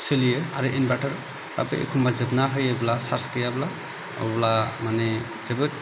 सोलियो आरो इनभार्टारआबो एखनब्ला जोबना होयोब्ला चार्ज गैयाब्ला अब्ला माने जोबोद